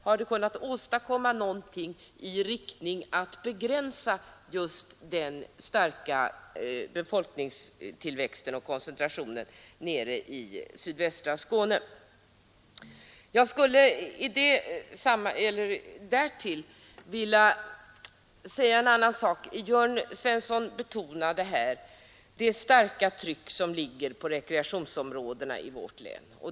Har det kunnat åstadkomma någonting i riktning mot att begränsa just den starka befolkningstillväxten och koncentrationen nere i sydvästra Skåne? Jag skulle sedan vilja anknyta till vad Jörn Svensson betonade, nämligen det starka tryck som ligger på rekreationsområdena i vårt län.